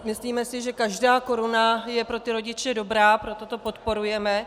Myslíme si, že každá koruna je pro rodiče dobrá, proto to podporujeme.